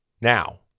Now